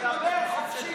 דבר חופשי.